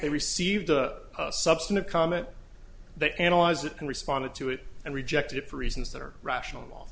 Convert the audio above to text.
received a substantive comment they analyze it and responded to it and reject it for reasons that are rational